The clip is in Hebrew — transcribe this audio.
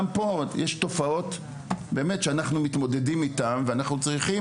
גם פה יש תופעות שאנחנו מתמודדים איתן ואנחנו צריכים